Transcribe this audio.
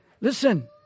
Listen